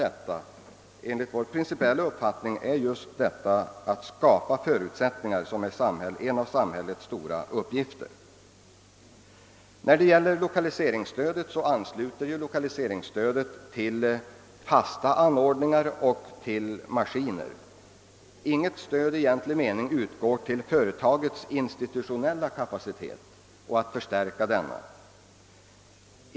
Detta är enligt vår principiella uppfattning en av samhällets stora uppgifter, nämligen att vara förutsättningsskapande. Lokaliseringsstödet ansluter till fastigheter och till maskiner. Inget stöd i egentlig mening utgår för att förstärka företagets institutionella kapacitet.